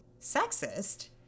sexist